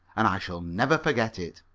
and i shall never forget it.